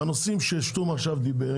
בנושאים ששטרום עכשיו דיבר,